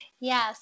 Yes